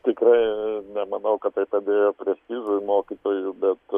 tikrai nemanau kad tai padėjo ir mokytojų bet